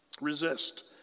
resist